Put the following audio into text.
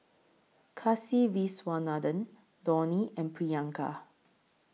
Kasiviswanathan Dhoni and Priyanka